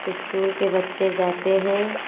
school के बच्चे जाते हैं